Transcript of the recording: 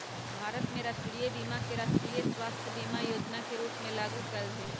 भारत में राष्ट्रीय बीमा के राष्ट्रीय स्वास्थय बीमा जोजना के रूप में लागू कयल गेल हइ